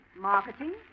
Marketing